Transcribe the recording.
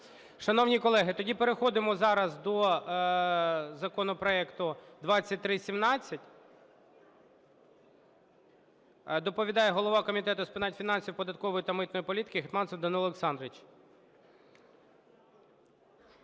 Шановні колеги, тоді переходимо зараз до законопроекту 2317. Доповідає голова Комітету з питань фінансів, податкової та митної політики Гетманцев Данило Олександрович.